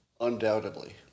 undoubtedly